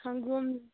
ꯁꯪꯒꯣꯝ